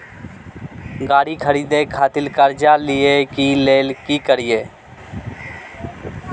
गाड़ी खरीदे खातिर कर्जा लिए के लेल की करिए?